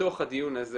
בתוך הדיון הזה